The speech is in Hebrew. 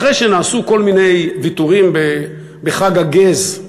אחרי שנעשו כל מיני ויתורים בחג הגז,